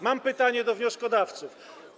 Mam pytanie do wnioskodawców.